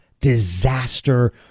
disaster